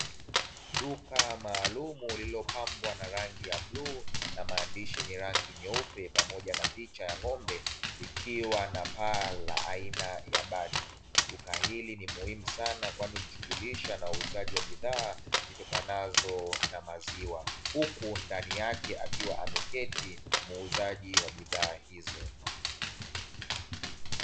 Duka maalumu lililopambwa na rangi ya bluu, na maandishi yenye rangi nyeupe, pamoja na picha ya ng'ombe, likiwa na paa la aina ya bati. Duka hili ni muhimu sana kwani hujishughulisha na uuzaji wa bidhaa zitokanazo na maziwa, huku ndani yake akiwa ameketi muuzaji wa bidhaa hizo.